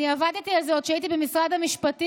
עבדתי על זה עוד כשהייתי במשרד המשפטים,